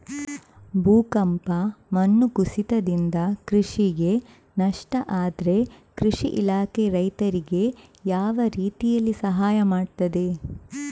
ಭೂಕಂಪ, ಮಣ್ಣು ಕುಸಿತದಿಂದ ಕೃಷಿಗೆ ನಷ್ಟ ಆದ್ರೆ ಕೃಷಿ ಇಲಾಖೆ ರೈತರಿಗೆ ಯಾವ ರೀತಿಯಲ್ಲಿ ಸಹಾಯ ಮಾಡ್ತದೆ?